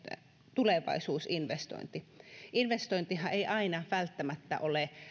tulevaisuusinvestointi investointihan ei aina välttämättä ole